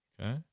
Okay